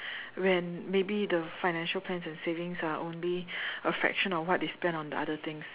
when maybe the financial plans and savings are only a fraction of what they spend on the other things